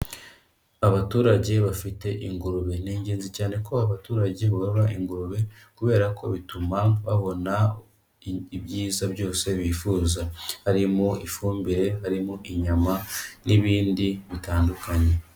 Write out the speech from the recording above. Abaturage bafite ingurube. Ni iningenzi cyane ko abaturage borora ingurube kubera ko bituma babona ibyiza byose bifuza. Harimo ifumbire, harimo inyama n'ibindi bitandukanye.